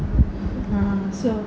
(uh huh) so